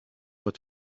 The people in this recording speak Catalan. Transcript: pot